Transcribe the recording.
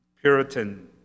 Puritan